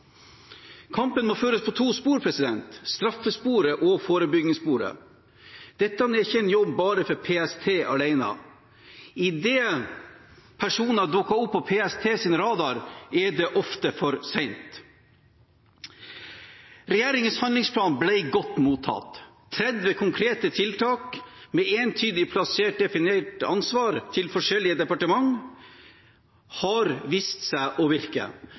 Kampen må føres langs to spor – straffesporet og forebyggingssporet. Dette er ikke en jobb bare for PST alene. Idet personer dukker opp på PSTs radar, er det ofte for sent. Regjeringens handlingsplan ble godt mottatt. 30 konkrete tiltak med entydig plassert, definert ansvar til forskjellige departement har vist seg å virke.